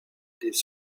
des